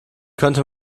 könnte